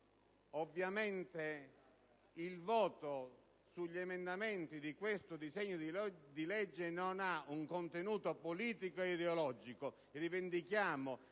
Ovviamente, il voto sugli emendamenti di questo disegno di legge non ha un contenuto politico ed ideologico.